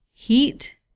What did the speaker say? heat